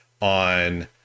on